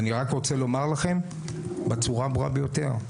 ואני רק רוצה לומר לכם בצורה הברורה ביותר,